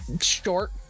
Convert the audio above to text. short